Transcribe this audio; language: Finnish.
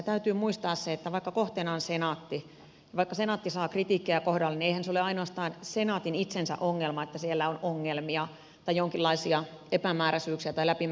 täytyy muistaa se että vaikka kohteena on senaatti vaikka senaatti saa kritiikkiä kohdalleen niin eihän se ole ainoastaan senaatin itsensä ongelma että siellä on ongelmia tai jonkinlaisia epämääräisyyksiä tai läpinäkymättömyyksiä